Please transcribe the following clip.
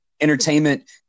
entertainment